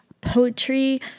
poetry